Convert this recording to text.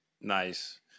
Nice